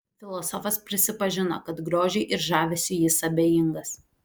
filosofas prisipažino kad grožiui ir žavesiui jis abejingas